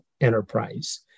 enterprise